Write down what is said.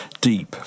deep